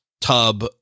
tub